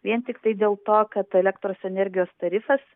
vien tiktai dėl to kad elektros energijos tarifas